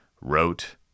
wrote